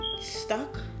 stuck